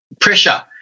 pressure